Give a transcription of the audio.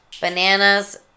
Bananas